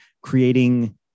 creating